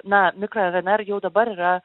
na mikro rnr jau dabar yra